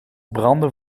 brandde